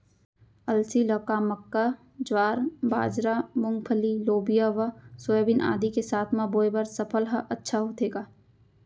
अलसी ल का मक्का, ज्वार, बाजरा, मूंगफली, लोबिया व सोयाबीन आदि के साथ म बोये बर सफल ह अच्छा होथे का?